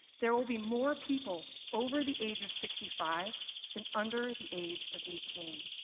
there will be more people over the age of sixty five than under the age of eighteen.